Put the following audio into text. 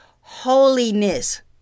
holiness